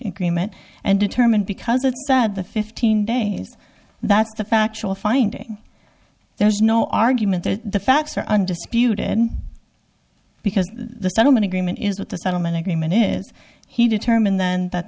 agreement and determined because it said the fifteen days that's the factual finding there is no argument that the facts are undisputed because the settlement agreement is what the settlement agreement is he determined then that